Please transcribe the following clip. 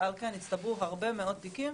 ועל כן הצטברו הרבה מאוד תיקים,